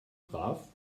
brav